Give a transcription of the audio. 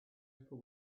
upper